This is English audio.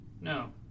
No